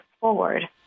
forward